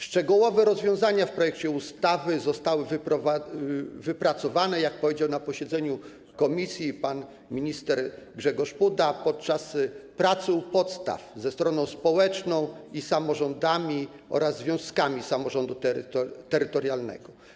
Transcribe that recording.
Szczegółowe rozwiązania w projekcie ustawy zostały wypracowane, jak powiedział na posiedzeniu komisji pan minister Grzegorz Puda, podczas pracy u podstaw ze stroną społeczną i samorządami oraz związkami samorządu terytorialnego.